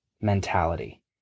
mentality